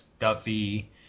Duffy